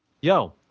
Yo